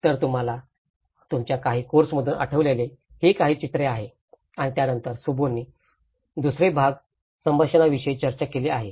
तर तुम्हाला तुमच्या काही कोर्समधून आठवलेली ही काही चित्रे आणि त्यानंतर शुभोने दुसरे भाग संभाषणांविषयी चर्चा केली आहे